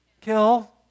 kill